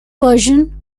version